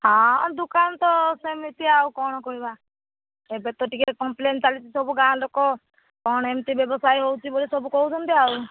ହଁ ଦୋକାନ ତ ସେମିତି ଆଉ କଣ କହିବା ଏବେ ତ ଟିକେ କମ୍ପ୍ଲେନ୍ ଚାଲିଛି ସବୁ ଗାଁ ଲୋକ କ'ଣ ଏମିତି ବ୍ୟବସାୟ ହେଉଛି ବୋଲି ସବୁ କହୁଛନ୍ତି ଆଉ